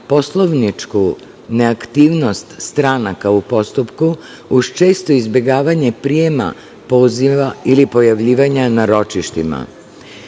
poslovničku neaktivnost stranaka u postupku, uz često izbegavanje prijema, poziva ili pojavljivanja na ročištima.